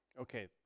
Okay